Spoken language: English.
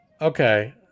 Okay